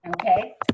Okay